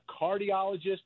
cardiologist